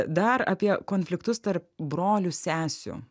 dar apie konfliktus tarp brolių sesių